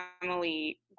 family